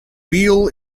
wheel